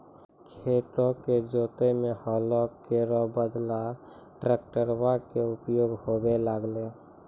खेतो क जोतै म हलो केरो बदला ट्रेक्टरवा कॅ उपयोग होबे लगलै